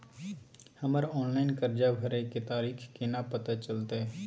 हमर ऑनलाइन कर्जा भरै के तारीख केना पता चलते?